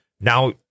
now